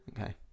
Okay